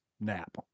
nap